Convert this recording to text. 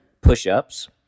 push-ups